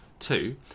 Two